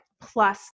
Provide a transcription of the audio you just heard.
plus